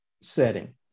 setting